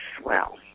swell